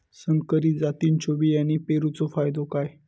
संकरित जातींच्यो बियाणी पेरूचो फायदो काय?